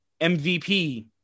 MVP